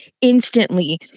instantly